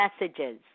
messages